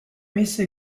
messa